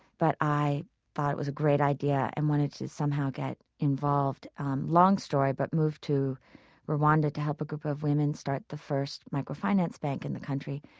but i thought it was a great idea and wanted to somehow get involved long story, but moved to rwanda to help a group of women start the first microfinance bank in the country.